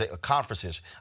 conferences